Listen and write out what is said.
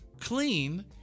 clean